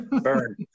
burn